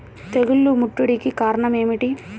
తెగుళ్ల ముట్టడికి కారణం ఏమిటి?